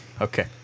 okay